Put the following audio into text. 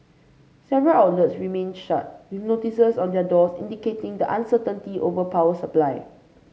several outlets remained shut with notices on their doors indicating the uncertainty over power supply